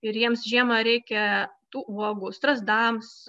ir jiems žiemą reikia tų uogų strazdams